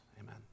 Amen